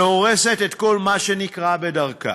והורסת את כל מה שנקרה בדרכה.